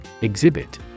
Exhibit